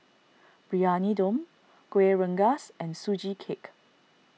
Briyani Dum Kueh Rengas and Sugee Cake